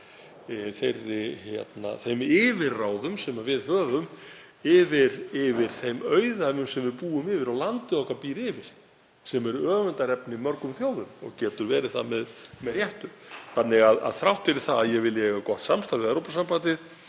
þeim yfirráðum sem við höfum yfir þeim auðæfum sem við búum yfir og landið okkar býr yfir, sem er öfundarefni mörgum þjóðum og getur verið það með réttu. Þannig að þrátt fyrir að ég vilji eiga gott samstarf við Evrópusambandið